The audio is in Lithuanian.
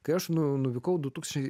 kai aš nu nuvykau du tūkstančiai